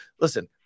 Listen